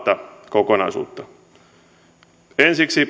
kokonaisuutta ensiksi